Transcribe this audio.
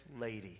lady